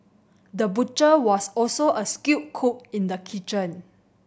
the butcher was also a skilled cook in the kitchen